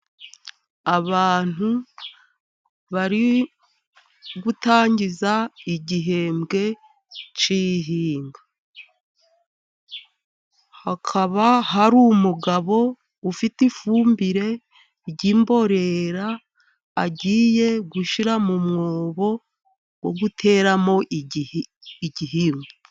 Abantu bari gutangiza igihembwe cy'ihinga, hakaba hari umugabo ufite ifumbire y'imborera agiye gushyira mu mwobo wo guteramo igihingwa.